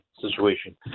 situation